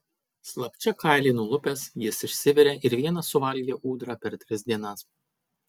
slapčia kailį nulupęs jis išsivirė ir vienas suvalgė ūdrą per tris dienas